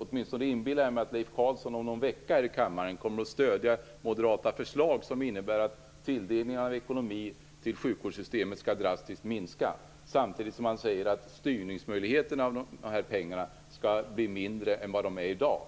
Åtminstone inbillar jag mig att Leif Carlson om någon vecka här i kammaren kommer att stödja moderata förslag som innebär att tilldelning av ekonomiska resurser till sjukvårdssystemet skall drastiskt minska, samtidigt som man säger att möjligheterna att styra dessa pengar skall bli mindre än vad de är i dag.